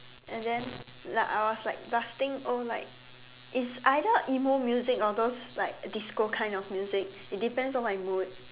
and then like I was like blasting oh like it's either emo music or those like disco kind of music it depends on my mood